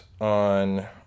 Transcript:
on